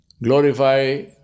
Glorify